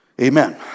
amen